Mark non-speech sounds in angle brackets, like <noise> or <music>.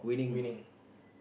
winning <breath>